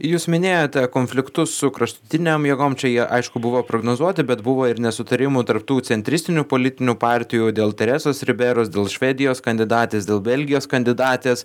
jūs minėjote konfliktus su kraštutinėm jėgom čia jie aišku buvo prognozuoti bet buvo ir nesutarimų tarp tų centristinių politinių partijų dėl teresos riberos dėl švedijos kandidatės dėl belgijos kandidatės